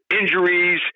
Injuries